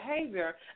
behavior